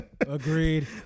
agreed